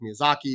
Miyazaki